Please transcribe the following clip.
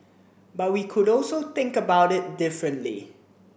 but we could also think about it differently